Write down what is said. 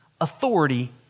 authority